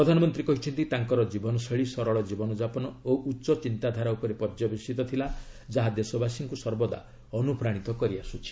ପ୍ରଧାନମନ୍ତ୍ରୀ କହିଛନ୍ତି ତାଙ୍କର ଜୀବନଶୈଳୀ ସରଳ ଜୀବନ ଯାପନ ଓ ଉଚ୍ଚ ଚିନ୍ତାଧାରା ଉପରେ ପର୍ଯ୍ୟବସିତ ଥିଲା ଯାହା ଦେଶବାସୀଙ୍କୁ ସର୍ବଦା ଅନୁପ୍ରାଣିତ କରିଆସୁଛି